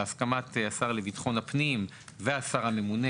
בהסכמת השר לביטחון הפנים והשר הממונה,